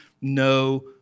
no